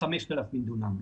5,000 דונם.